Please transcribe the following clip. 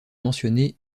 mentionnée